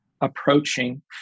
approaching